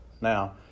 Now